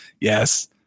yes